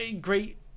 great